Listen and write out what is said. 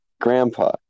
Grandpa